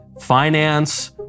finance